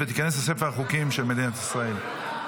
ותיכנס לספר החוקים של מדינת ישראל.